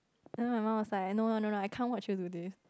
then my mum was like no no no no I can't watch you do this